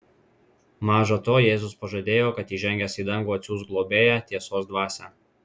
maža to jėzus pažadėjo kad įžengęs į dangų atsiųs globėją tiesos dvasią